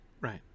right